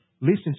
listen